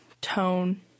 tone